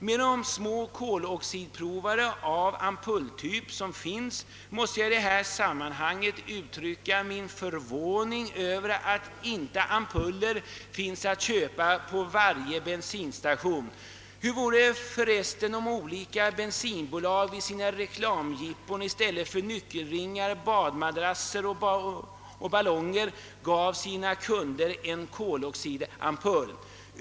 Med de små koloxidprovare av ampulltyp som finns måste jag i detta sammanhang uttrycka min förvåning över att inte ampuller finns att köpa på varje bensinstation. Hur vore det för resten om olika bensinbolag vid sina reklamjippon i stället för nyckelringar, badmadrasser och ballonger gav sina kunder en koloxidampull.